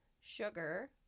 sugar